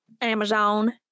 amazon